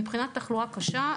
מבחינת תחלואה קשה,